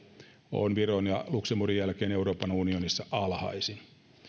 on viron ja luxemburgin jälkeen euroopan unionissa alhaisin